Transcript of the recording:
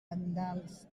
tendals